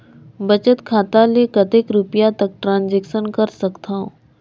बचत खाता ले कतेक रुपिया तक ट्रांजेक्शन कर सकथव?